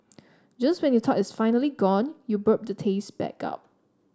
just when you thought it's finally gone you burp the taste back up